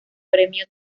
premio